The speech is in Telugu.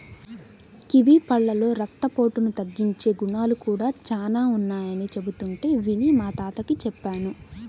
కివీ పళ్ళలో రక్తపోటును తగ్గించే గుణాలు కూడా చానా ఉన్నయ్యని చెబుతుంటే విని మా తాతకి చెప్పాను